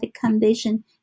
condition